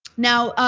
now,